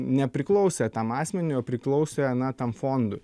nepriklausė tam asmeniui o priklausė na tam fondui